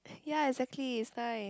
ya exactly it's life